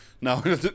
no